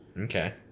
Okay